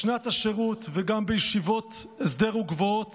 בשנת השירות וגם בישיבות הסדר גבוהות